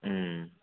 हूं